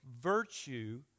virtue